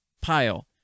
pile